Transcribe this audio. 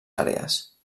àrees